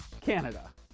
Canada